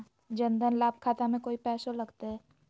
जन धन लाभ खाता में कोइ पैसों लगते?